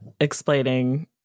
explaining